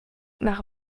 nach